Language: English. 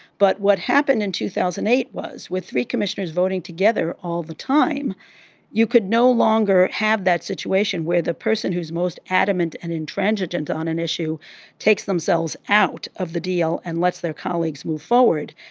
but what happened in two thousand and eight was with three commissioners voting together all the time you could no longer have that situation where the person who's most adamant and intransigent on an issue takes themselves out of the deal and lets their colleagues move forward.